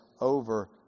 over